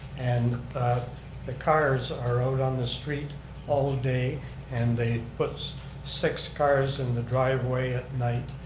and the cars are out on the street all day and they put six cars in the driveway at night.